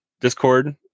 Discord